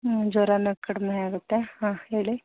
ಹ್ಞೂ ಜ್ವರಾನೂ ಕಡಿಮೆ ಆಗುತ್ತೆ ಹಾಂ ಹೇಳಿ